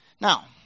Now